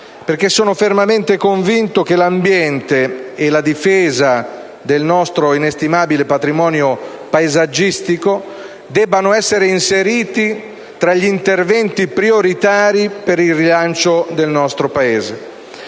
perché sono fermamente convinto che l'ambiente e la difesa del nostro inestimabile patrimonio paesaggistico debbano essere inseriti tra gli interventi prioritari per il rilancio del nostro Paese.